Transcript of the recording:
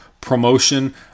Promotion